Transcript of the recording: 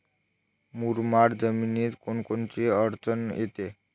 मुरमाड जमीनीत कोनकोनची अडचन येते?